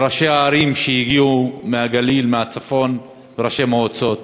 לראשי הערים שהגיעו מהגליל ומהצפון ולראשי המועצות.